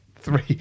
Three